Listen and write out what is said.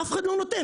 אף אחד לא נותן.